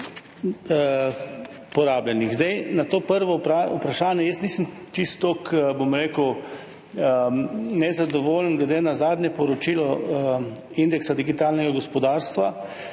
V zvezi s prvim vprašanjem nisem čisto, bom rekel, nezadovoljen. Glede na zadnje poročilo indeksa digitalnega gospodarstva,